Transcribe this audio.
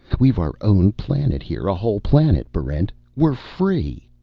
we've our own planet here. a whole planet, barrent! we're free!